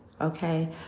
Okay